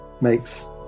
makes